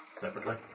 separately